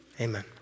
Amen